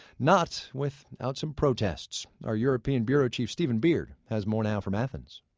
not without some protests. our european bureau chief stephen beard has more now from athens